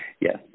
Yes